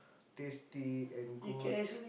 tasty and good